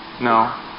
No